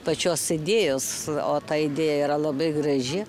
pačios idėjos o ta idėja yra labai graži